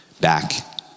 back